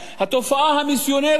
התופעה המיסיונרית,